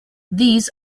theses